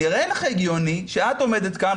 נראה לך הגיוני שאת עומדת כאן,